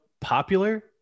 popular